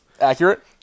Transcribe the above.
Accurate